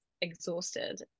exhausted